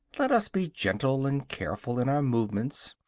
let us be gentle and careful in our movements,